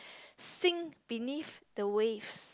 sing beneath the waves